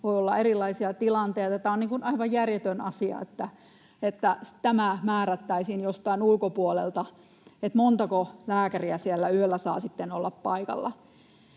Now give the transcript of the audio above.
voi olla erilaisia tilanteita. Tämä on aivan järjetön asia, että määrättäisiin jostain ulkopuolelta, montako lääkäriä siellä yöllä saa sitten olla paikalla.